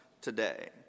today